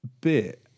bit